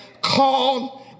called